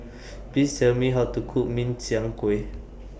Please Tell Me How to Cook Min Chiang Kueh